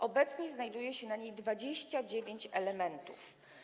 Obecnie znajduje się na niej 29 elementów.